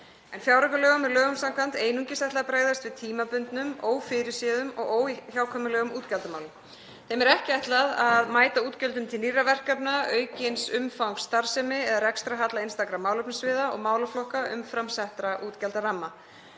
En fjáraukalögum er lögum samkvæmt einungis ætlað að bregðast við tímabundnum, ófyrirséðum og óhjákvæmilegum útgjaldamálum. Þeim er ekki ætlað að mæta útgjöldum til nýrra verkefna, aukins umfangs starfsemi eða rekstrarhalla einstakra málefnasviða og málaflokka umfram settra útgjaldaramma.